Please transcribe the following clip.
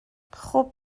خوب